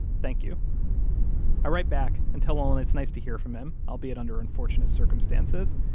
thank you i write back and tell olin it's nice to hear from him, albeit under unfortunate circumstances.